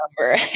number